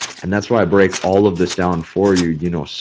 and that's why i break all of this down for you, you know, so